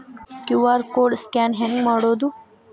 QR code scan ಹೆಂಗ್ ಮಾಡೋದು?